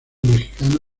mexicano